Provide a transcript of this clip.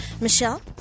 Michelle